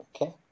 Okay